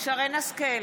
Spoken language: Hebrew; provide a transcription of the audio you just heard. שרן מרים השכל,